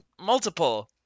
multiple